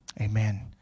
Amen